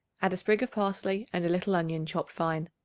add a sprig of parsley and a little onion chopped fine.